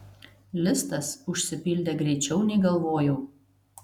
listas užsipildė greičiau nei galvojau